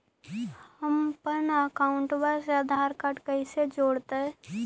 हमपन अकाउँटवा से आधार कार्ड से कइसे जोडैतै?